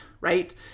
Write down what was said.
right